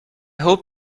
hope